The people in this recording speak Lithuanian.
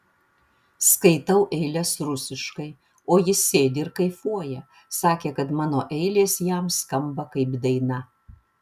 skaitau eiles rusiškai o jis sėdi ir kaifuoja sakė kad mano eilės jam skamba kaip daina